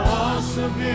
awesome